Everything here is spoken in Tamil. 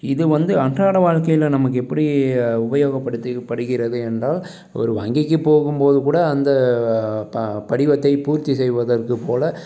இது வந்து அன்றாட வாழ்க்கையில் நமக்கு எப்படி உபயோகப்படுத்தி படுகிறது என்றால் ஒரு வங்கிக்கு போகும் போது கூட அந்த ப படிவத்தை பூர்த்தி செய்வதற்கு போல்